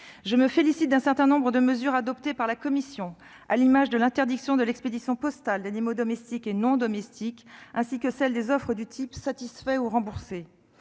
Je me félicite d'un certain nombre de mesures adoptées par la commission, à l'image de l'interdiction de l'expédition postale d'animaux domestiques et non domestiques, ainsi que celle des offres du type « satisfait ou remboursé ».